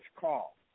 call